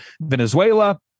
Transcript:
Venezuela